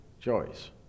choice